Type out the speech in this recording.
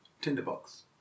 tinderbox